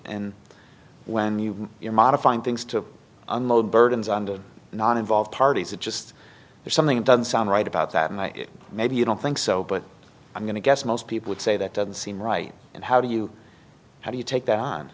and when you hear modifying things to unload burdens on the non involved parties it just is something that doesn't sound right about that and i maybe you don't think so but i'm going to guess most people would say that doesn't seem right and how do you how do you take that on